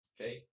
okay